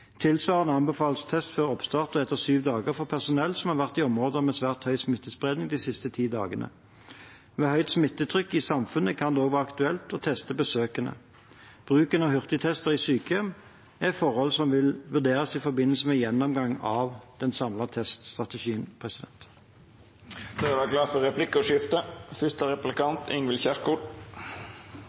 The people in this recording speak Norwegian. Tilsvarende anbefales test før oppstart og etter syv dager for personell som har vært i områder med svært høy smittespredning de siste ti dagene. Ved høyt smittetrykk i samfunnet kan det også være aktuelt å teste besøkende. Bruken av hurtigtester i sykehjem er et forhold som vil vurderes i forbindelse med gjennomgang av den samlede teststrategien. Det